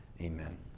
Amen